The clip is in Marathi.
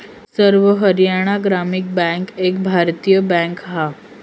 सर्व हरयाणा ग्रामीण बॅन्क एक भारतीय बॅन्क हा